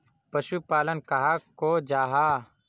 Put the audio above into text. पशुपालन कहाक को जाहा?